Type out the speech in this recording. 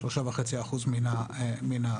שלושה וחצי אחוז מן ההשקעות,